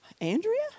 Andrea